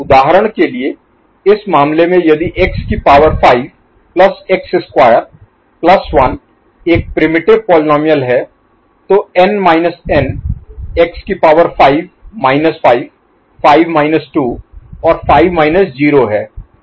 उदाहरण के लिए इस मामले में यदि x की power 5 plus x square plus 1 एक प्रिमिटिव Primitive आदिम पोलीनोमिअल है तो n माइनस n x की पावर 5 माइनस 5 5 माइनस 2 और 5 माइनस 0 है